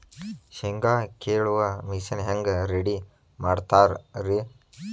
ಶೇಂಗಾ ಕೇಳುವ ಮಿಷನ್ ಹೆಂಗ್ ರೆಡಿ ಮಾಡತಾರ ರಿ?